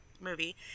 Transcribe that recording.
movie